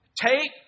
Take